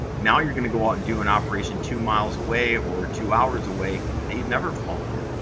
now, you're gonna go out and do an operation two miles away, or two hours away, that you've never flown in.